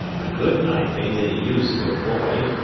a good knife ain't any use to a boy,